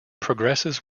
progresses